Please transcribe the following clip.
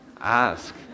Ask